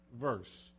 verse